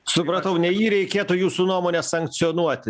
supratau ne jį reikėtų jūsų nuomone sankcionuoti